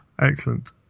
Excellent